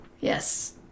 yes